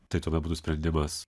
tai tada būtų sprendimas